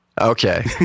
Okay